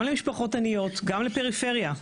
גם למשפחות עניות, גם לפריפריה,